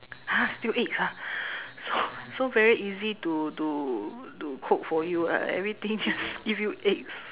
!huh! still eggs ah so so very easy to to to cook for you ah everything just give you eggs